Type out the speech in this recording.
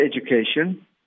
education